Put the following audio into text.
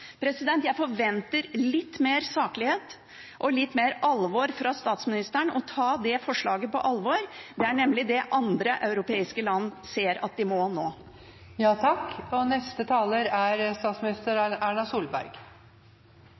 Jeg forventer litt mer saklighet og litt mer alvor fra statsministeren, at man tar det forslaget på alvor. Det er nemlig det andre europeiske land ser at de må nå.